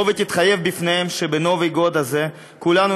בוא תתחייב בפניהם שבנובי גוד הזה כולנו